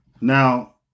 Now